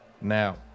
now